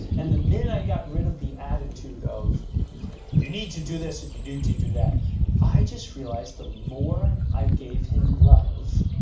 and the minute i got rid of the attitude of you need to do this and you do to do that i just realized the more i gave him love,